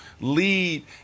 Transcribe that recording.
lead